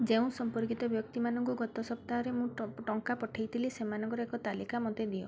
ଯେଉଁ ସମ୍ପର୍କିତ ବ୍ୟକ୍ତି ମାନଙ୍କୁ ଗତ ସପ୍ତାହରେ ମୁଁ ଟଙ୍କା ପଠେଇଥିଲି ସେମାନଙ୍କର ଏକ ତାଲିକା ମତେ ଦିଅ